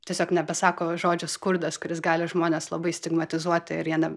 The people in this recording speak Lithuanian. tiesiog nepasako žodžio skurdas kuris gali žmones labai stigmatizuoti ir jie ne